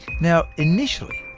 now, initially,